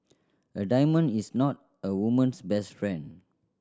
a diamond is not a woman's best friend